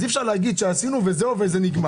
אם כן, אי אפשר להגיד שעשינו וזה נגמר.